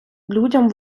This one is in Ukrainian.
людям